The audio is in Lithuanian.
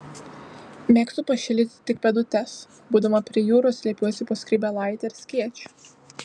mėgstu pašildyti tik pėdutes būdama prie jūros slepiuosi po skrybėlaite ar skėčiu